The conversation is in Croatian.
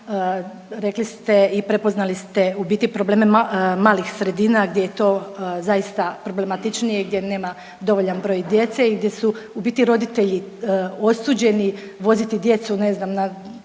Rekli ste i prepoznali ste u biti probleme malih sredina gdje je to zaista problematičnije i gdje nema dovoljan broj djece i gdje su u biti roditelji osuđeni voziti djecu ne znam, na